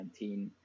2019